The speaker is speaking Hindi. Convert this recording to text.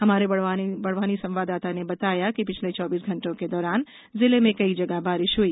हमारे बडवानी संवाददाता ने बताया कि पिछले चौबीस घंटों के दौरान जिले में कई जगह बारिश हुई